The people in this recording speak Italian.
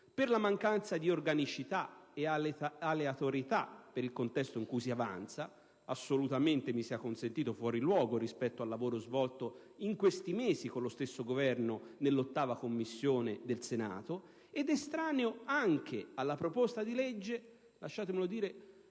per la mancanza di organicità e l'aleatorietà del contesto in cui si avanza, assolutamente - mi sia consentito - fuori luogo rispetto al lavoro svolto in questi mesi, con lo stesso Governo, nell'8a Commissione del Senato, estraneo anche alla proposta di legge che - lasciatemelo dire